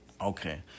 okay